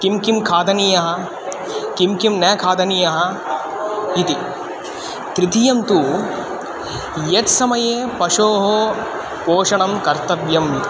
किं किं खादनीयः किं किं न खादनीयः इति तृतीयं तु यत् समये पशोः पोषणं कर्तव्यम्